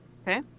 Okay